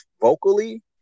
vocally